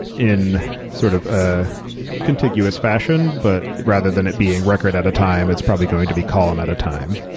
in sort of a contiguous fashion. but rather than it being record at a time, it's probably going to be column at a time.